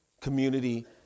Community